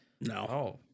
No